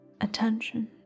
attention